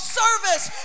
service